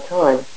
time